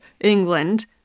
England